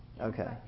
Okay